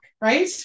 right